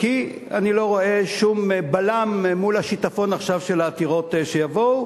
כי אני לא רואה שום בלם מול השיטפון עכשיו של העתירות שיבואו.